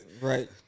Right